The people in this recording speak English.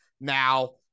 now